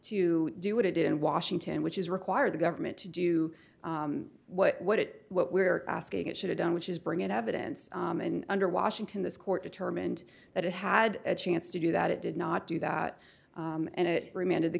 do it in washington which is require the government to do what it what we're asking it should have done which is bring in evidence and under washington this court determined that it had a chance to do that it did not do that and it remanded the